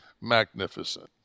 magnificent